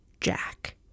Jack